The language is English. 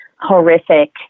horrific